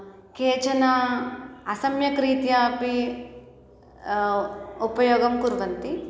केचन असम्यक्रीत्या अपि उपयोगं कुर्वन्ति